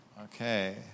Okay